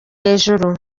hejuru